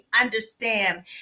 understand